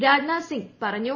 രാജ്നാഥ് സിംഗ് പറഞ്ഞു